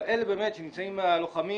אבל הלוחמים,